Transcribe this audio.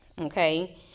okay